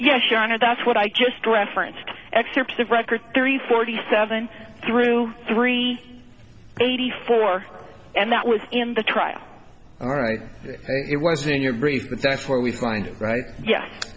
honor that's what i just referenced excerpts of record three forty seven through three eighty four and that was in the trial all right it was in your brief that that's where we find it right yes